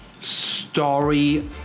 story